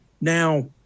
Now